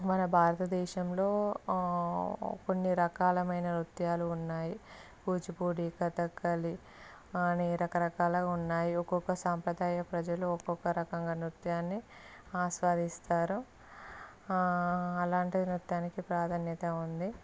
మన భారత దేశంలో కొన్ని రకాలమైన నృత్యాలు ఉన్నాయి కూచిపూడి కథకళి అనే రకరకాల ఉన్నాయి ఒక్కొక్క సాంప్రదాయ ప్రజలు ఒక్కొక్క రకంగా నృత్యాన్ని ఆస్వాదిస్తారు అలాంటి నృత్యానికి ప్రాధాన్యత ఉంది